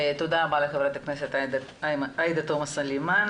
תודה רבה לחברת הכנסת עאידה תומא סלימאן.